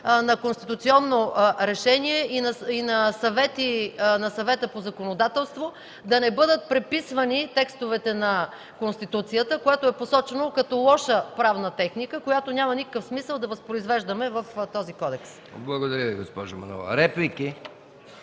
на конституционно решение и на Съвета по законодателство, да не бъдат преписвани текстовете на Конституцията, което е посочено като лоша правна техника, която няма никакъв смисъл да я възпроизвеждаме в този кодекс. ПРЕДСЕДАТЕЛ МИХАИЛ МИКОВ: Благодаря Ви, госпожо Манолова. Реплики?